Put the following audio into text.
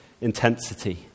intensity